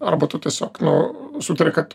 arba tu tiesiog nu sutari kad